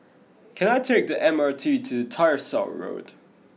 can I take the M R T to Tyersall Road